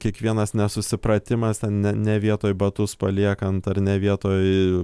kiekvienas nesusipratimas ten ne vietoj batus paliekant ar ne vietoj